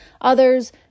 others